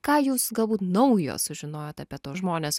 ką jūs galbūt naujo sužinojot apie tuos žmones